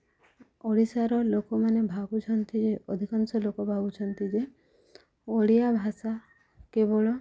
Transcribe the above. ଓଡ଼ିଶାର ଲୋକମାନେ ଭାବୁଛନ୍ତି ଯେ ଅଧିକାଂଶ ଲୋକ ଭାବୁଛନ୍ତି ଯେ ଓଡ଼ିଆ ଭାଷା କେବଳ